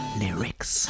lyrics